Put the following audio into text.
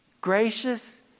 gracious